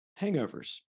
hangovers